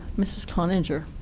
mrs. cloninger.